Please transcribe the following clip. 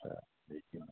ओ बेखिनि